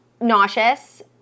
nauseous